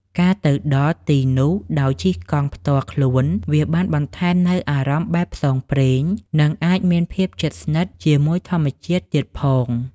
ការទៅដល់ទីនោះដោយជិះកង់ផ្ទាល់ខ្លួនវាបានបន្ថែមនូវអារម្មណ៍បែបផ្សងព្រេង និងអាចមានភាពជិតស្និទ្ធជាមួយធម្មជាតិទៀតផង។